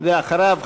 ואחריו,